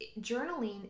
journaling